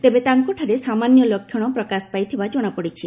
ତେବେ ତାଙ୍କଠାରେ ସାମାନ୍ୟ ଲକ୍ଷଣ ପ୍ରକାଶ ପାଇଥିବା ଜଣାପଡ଼ିଛି